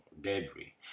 debris